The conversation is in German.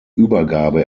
übergabe